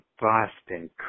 Boston